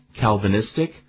Calvinistic